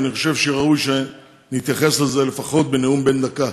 ואני חושב שראוי שנתייחס לזה לפחות בנאום בן דקה,